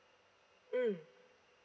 mm